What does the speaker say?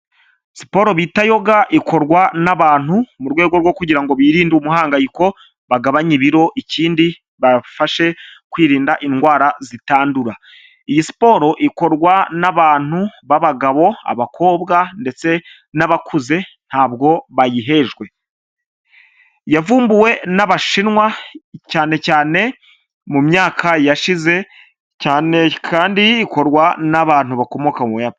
Siporo bita yoga ikorwa n'abantu mu rwego rwo kugira ngo birinde umuhangayiko bagabanya ibiro, ikindi bafashe kwirinda indwara zitandura, iyi siporo ikorwa n'abantu b'abagabo, abakobwa ndetse n'abakuze ntabwo bayihejwe, yavumbuwe n'abashinwa cyane cyane mu myaka yashize cyane kandi ikorwa n'abantu bakomoka mu Buyapani.